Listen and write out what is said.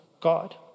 God